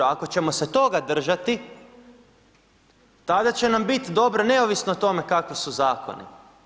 Ako ćemo se toga držati, tada će nam bit dobro neovisno o tome kakvi su zakoni.